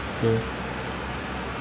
so have you eaten